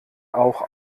auch